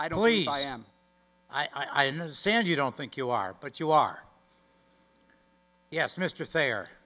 i don't mean i am i in the sand you don't think you are but you are yes mr thayer